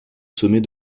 sommet